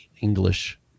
english